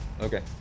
Okay